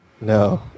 No